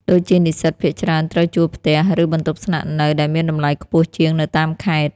ដូចជានិស្សិតភាគច្រើនត្រូវជួលផ្ទះ ឬបន្ទប់ស្នាក់នៅ ដែលមានតម្លៃខ្ពស់ជាងនៅតាមខេត្ត។